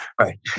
Right